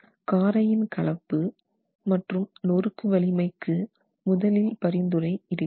காரையின் கலப்பு மற்றும் நொறுக்கு வலிமைக்கு முதலில் பரிந்துரை இருக்கிறது